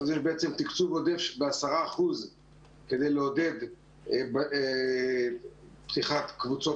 יש תקצוב עודף ב-10% כדי לעודד פתיחת קבוצות